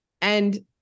and-